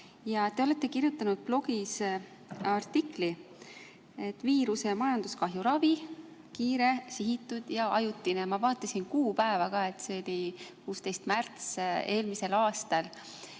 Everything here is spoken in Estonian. ka. Te olete kirjutanud blogis artikli "Viiruse majanduskahju ravi: kiire, sihitud ja ajutine". Ma vaatasin kuupäeva ka, see oli 16. märts eelmisel aastal.